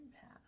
path